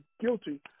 guilty